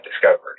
discovery